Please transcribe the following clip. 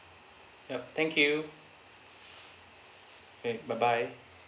yup thank you okay bye bye